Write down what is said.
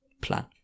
plan